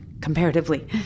comparatively